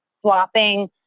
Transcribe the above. swapping